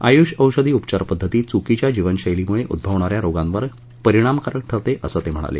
आयुष औषधी उपचारपद्धती चुकीच्या जीवनशस्तीमुळे उद्भवणा या रोगांवर परिणामकारक ठरते असं ते म्हणाले